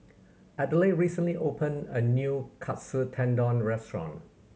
Adelaide recently opened a new Katsu Tendon Restaurant